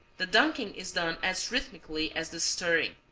the dunking is done as rhythmically as the stirring,